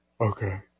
Okay